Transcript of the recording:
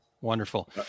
Wonderful